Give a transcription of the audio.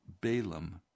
Balaam